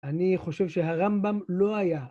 ‫אני חושב שהרמב״ם לא היה.